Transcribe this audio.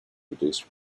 reduced